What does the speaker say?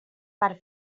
per